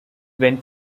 when